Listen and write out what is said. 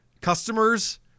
customers